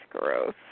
gross